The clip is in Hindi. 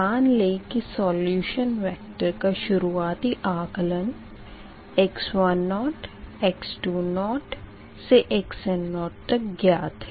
मान लें कि सोल्यूशन वेक्टर का शुरुआती आकलन x10 x20 से xn0 तक ज्ञात है